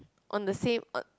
on the same on